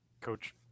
Coach